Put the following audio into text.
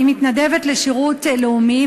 מתנדבת לשירות לאומי,